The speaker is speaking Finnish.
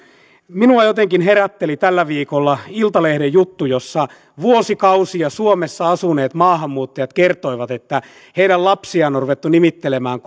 minua jotenkin herätteli tällä viikolla iltalehden juttu jossa vuosikausia suomessa asuneet maahanmuuttajat kertoivat että heidän lapsiaan on ruvettu nimittelemään